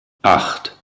acht